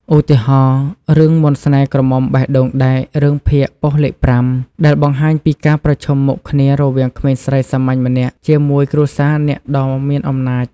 ឧទាហរណ៍ រឿង មន្តស្នេហ៍ក្រមុំបេះដូងដែក រឿងភាគប៉ុស្តិ៍លេខ៥ ដែលបង្ហាញពីការប្រឈមមុខគ្នារវាងក្មេងស្រីសាមញ្ញម្នាក់ជាមួយគ្រួសារអ្នកដ៏មានអំណាច។